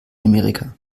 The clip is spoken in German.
amerika